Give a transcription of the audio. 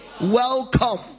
welcome